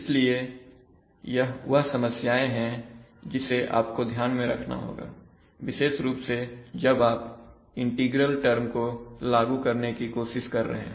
इसलिए यह वह समस्याएं हैं जिसे आपको ध्यान में रखना होगा विशेष रुप से जब आप इंटीग्रल टर्म को लागू करने की कोशिश कर रहे हो